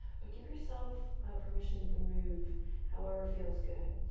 but give yourself permission to move however feels good.